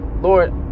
Lord